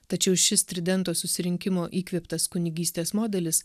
tačiau šis tridento susirinkimo įkvėptas kunigystės modelis